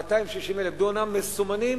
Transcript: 260,000 דונם מסומנים,